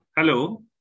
Hello